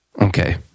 Okay